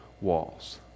walls